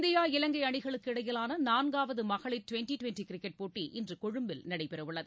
India இலங்கை அணிகளுக்கு இடையிலான நான்காவது மகளிர் டிவெண்டி டிவெண்டி கிரிக்கெட் போட்டி இன்று கொழும்பில் நடைபெறவுள்ளது